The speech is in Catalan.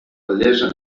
bellesa